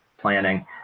planning